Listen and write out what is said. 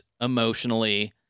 emotionally